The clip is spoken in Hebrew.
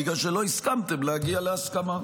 בגלל שלא הסכמתם להגיע להסכמה.